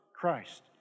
Christ